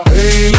Hey